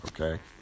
okay